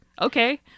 okay